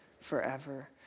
forever